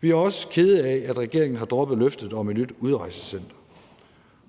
Vi er også kede af, at regeringen har droppet løftet om et nyt udrejsecenter.